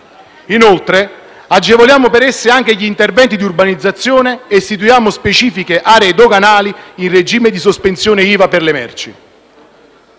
Inoltre, agevoliamo per esse anche gli interventi di urbanizzazione e istituiamo specifiche aree doganali in regime di sospensione IVA per le merci.